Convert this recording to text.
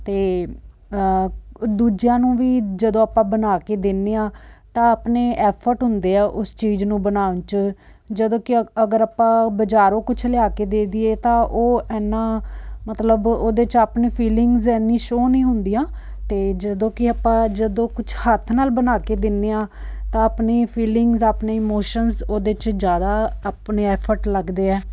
ਅਤੇ ਦੂਜਿਆਂ ਨੂੰ ਵੀ ਜਦੋਂ ਆਪਾਂ ਬਣਾ ਕੇ ਦਿੰਦੇ ਹਾਂ ਤਾਂ ਆਪਣੇ ਐਫਰਟ ਹੁੰਦੇ ਆ ਉਸ ਚੀਜ਼ ਨੂੰ ਬਣਾਉਣ 'ਚ ਜਦੋਂ ਕਿ ਅਗਰ ਆਪਾਂ ਬਜ਼ਾਰੋਂ ਕੁਝ ਲਿਆ ਕੇ ਦੇ ਦਈਏ ਤਾਂ ਉਹ ਇੰਨਾਂ ਮਤਲਬ ਉਹਦੇ 'ਚ ਆਪਣੇ ਫੀਲਿੰਗਸ ਇੰਨੀ ਸ਼ੋਅ ਨਹੀਂ ਹੁੰਦੀਆਂ ਅਤੇ ਜਦੋਂ ਕਿ ਆਪਾਂ ਜਦੋਂ ਕੁਝ ਹੱਥ ਨਾਲ ਬਣਾ ਕੇ ਦਿੰਦੇ ਹਾਂ ਤਾਂ ਆਪਣੀ ਫੀਲਿੰਗਸ ਆਪਣੀ ਇਮੋਸ਼ਨਸ ਉਹਦੇ 'ਚ ਜ਼ਿਆਦਾ ਆਪਣੇ ਐਫਰਟ ਲੱਗਦੇ ਆ